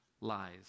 lies